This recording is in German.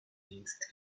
dienst